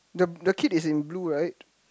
the the kid is in blue right